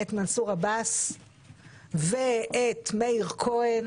בממשלה הזאת את מנסור עבאס ואת מאיר כהן